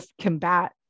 combat